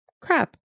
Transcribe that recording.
crap